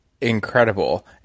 incredible